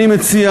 אני מציע